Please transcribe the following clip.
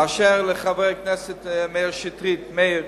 באשר לחבר הכנסת מאיר שטרית, מאיר,